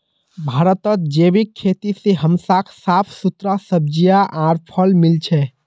भारतत जैविक खेती से हमसाक साफ सुथरा सब्जियां आर फल मिल छ